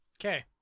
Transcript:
Okay